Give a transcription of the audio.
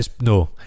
No